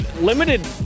limited